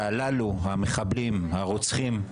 המחבלים הרוצחים הללו,